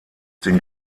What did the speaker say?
den